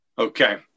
Okay